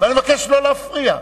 ואני מבקש לא להפריע.